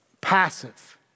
Passive